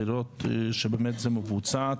לראות שזה באמת מבוצע,